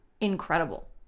incredible